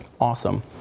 awesome